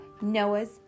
Noah's